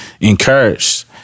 encouraged